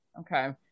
Okay